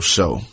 Show